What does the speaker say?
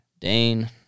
Dane